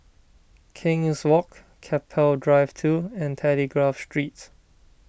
King's Walk Keppel Drive two and Telegraph Street